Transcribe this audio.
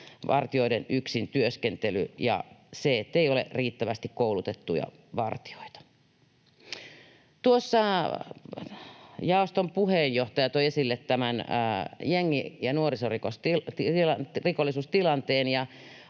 vartijoiden yksin työskentely ja se, ettei ole riittävästi koulutettuja vartijoita. Jaoston puheenjohtaja toi esille jengi- ja nuorisorikollisuustilanteen.